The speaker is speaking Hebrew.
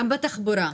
גם בתחבורה,